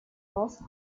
los